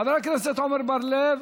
חבר הכנסת עמר בר-לב,